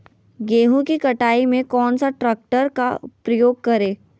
गेंहू की कटाई में कौन सा ट्रैक्टर का प्रयोग करें?